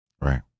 Right